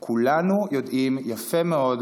כולנו יודעים יפה מאוד,